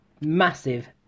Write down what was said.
massive